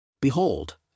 Behold